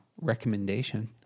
recommendation